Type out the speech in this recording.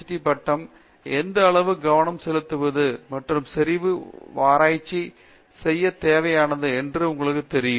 D பட்டம் எந்த அளவு கவனம் செலுத்துவது மற்றும் செறிவு ஆராய்ச்சி செய்யத் தேவையானது என்று உங்களுக்கு தெரியும்